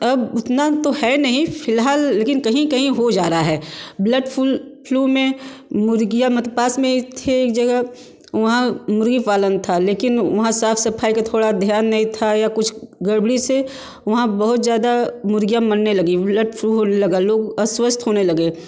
अब उतना तो है नहीं फ़िलहाल कहीं कहीं हो जा रहा है ब्लड फ्लू में मुर्गियाँ पास में थी एक जगह वहाँ मुर्गी पालन था लेकिन वहाँ साफ़ सफाई का थोड़ा ध्यान नहीं था या कुछ गड़बड़ी से वहाँ बहुत ज़्यादा मुर्गियाँ मरने लगी ब्लड फ्लू होने लगा लोग अस्वस्थ होने लगे